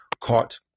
caught